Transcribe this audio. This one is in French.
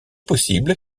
possible